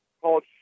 called